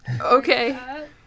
Okay